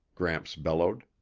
gramps bellowed.